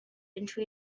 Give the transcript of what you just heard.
into